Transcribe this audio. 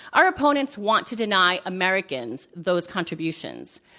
our opponents want to deny americans those contributions.